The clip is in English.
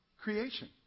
creation